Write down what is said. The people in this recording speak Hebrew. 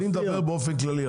אני מדבר באופן כללי.